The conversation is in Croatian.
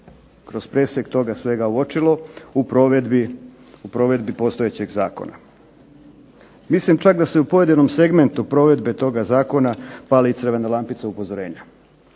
kroz presjek svega toga uočilo u provedbi postojećeg zakona. Mislim da se čak u pojedinom segmentu provedbe toga zakona pali crvena lampica upozorenja.